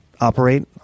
operate